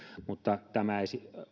mutta tämä